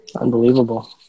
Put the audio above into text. Unbelievable